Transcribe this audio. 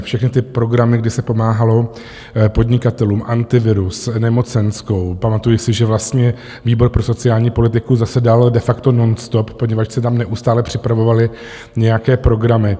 Všechny ty programy, kdy se pomáhalo podnikatelům, Antivirus, nemocenskou, pamatuji si, že vlastně výbor pro sociální politiku zasedal de facto nonstop, poněvadž se tam neustále připravovaly nějaké programy.